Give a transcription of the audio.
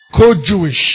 co-Jewish